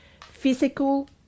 Physical